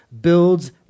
builds